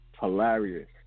Hilarious